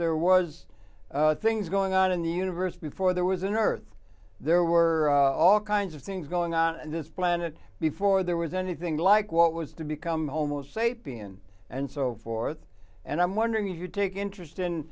there was things going on in the universe before there was an earth there were all kinds of things going on this planet before there was anything like what was to become homo sapiens and so forth and i'm wondering if you take interest in